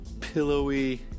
pillowy